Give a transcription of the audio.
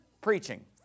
preaching